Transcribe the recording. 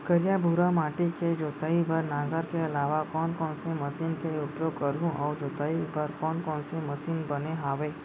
करिया, भुरवा माटी के जोताई बर नांगर के अलावा कोन कोन से मशीन के उपयोग करहुं अऊ जोताई बर कोन कोन से मशीन बने हावे?